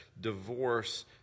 divorce